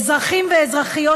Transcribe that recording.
אזרחים ואזרחיות,